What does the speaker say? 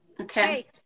Okay